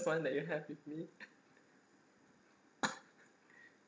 fun that you have with me